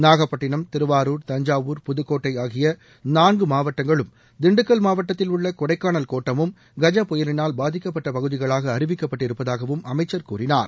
நாகப்பட்டிணம் திருவாரூர் தஞ்சாவூர் புதுக்கோட்டை ஆகிய நான்கு மாவட்டங்களும் திண்டுக்கல் மாவட்டத்தில் உள்ள கொடைக்கானல் கோட்டமும் கஜ புயலினால் பாதிக்கப்பட்ட பகுதிகளாக அறிவிக்கப்பட்டிருப்பதாகவும் அமைச்சர் கூறினார்